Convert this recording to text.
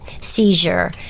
seizure